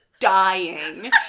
Dying